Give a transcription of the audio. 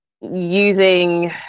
using